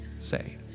say